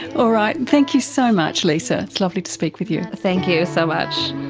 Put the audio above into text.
all right, and thank you so much lisa, it's lovely to speak with you. thank you so much.